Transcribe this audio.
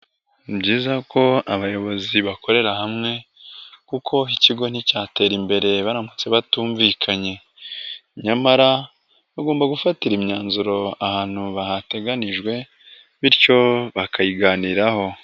Ni byiza ko abayobozi bakorera hamwe kuko ikigo nticyatera imbere baramutse batumvikanye, nyamara bagomba gufatira imyanzuro ahantu hateganijwe bityo bakayiganiraho.